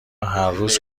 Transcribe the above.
هرروز